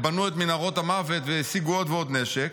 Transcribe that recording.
ובנו את מנהרות המוות והשיגו עוד ועוד נשק.